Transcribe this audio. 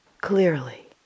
clearly